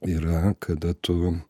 yra kada tu